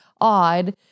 odd